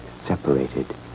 separated